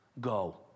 go